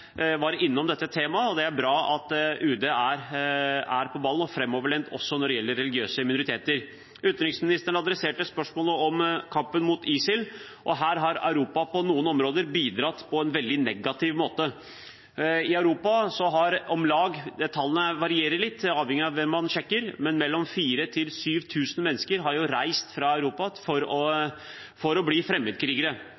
var innom dette temaet, og det er bra at UD er på ballen og framoverlent også når det gjelder religiøse minoriteter. Utenriksministeren adresserte spørsmålet om kampen mot ISIL, og her har Europa på noen områder bidratt på en veldig negativ måte. Mellom 4 000 og 7 000 mennesker – tallene varierer litt, avhengig av hvem man sjekker med – har reist fra Europa for å